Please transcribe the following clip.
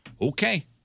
Okay